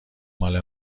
مال